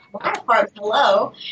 Hello